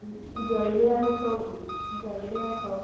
ଜଲ୍ଦି ଆସ ଗ ଜଲ୍ଦି ଆସ